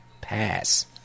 pass